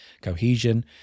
cohesion